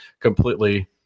completely